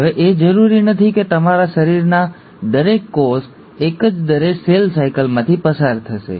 હવે એ જરૂરી નથી કે તમારા શરીરના દરેક કોષ એક જ દરે સેલ સાયકલમાંથી પસાર થશે